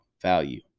value